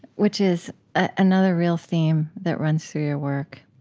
which is another real theme that runs through your work,